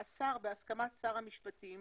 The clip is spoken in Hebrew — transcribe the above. "השר, בהסכמת שר המשפטים,